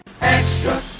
Extra